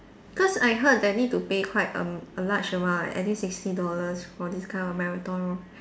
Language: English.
cause I heard that need to pay quite a a large amount at least sixty dollars for this kind of marathon